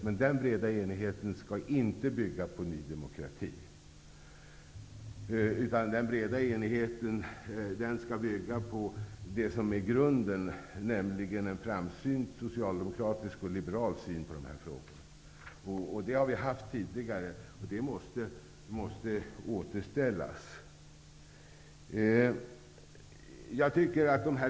Men den breda enigheten skall inte bygga på Ny demokrati, utan den skall bygga på det som är grunden, nämligen en framsynt socialdemokratisk och liberal syn på dessa frågor. Det har vi haft tidigare. Det måste återställas.